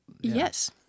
Yes